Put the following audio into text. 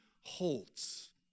holds